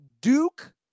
Duke